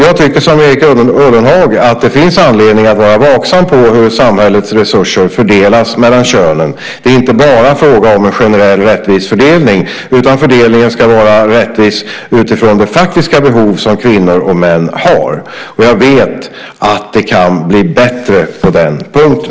Jag tycker som Erik Ullenhag att det finns anledning att vara vaksam på hur samhällets resurser fördelas mellan könen. Det är inte bara fråga om en generell rättvis fördelning, utan fördelningen ska vara rättvis utifrån det faktiska behov som kvinnor och män har. Jag vet att det kan bli bättre på den punkten.